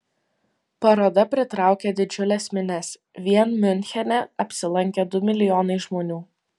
paroda pritraukė didžiules minias vien miunchene apsilankė du milijonai žmonių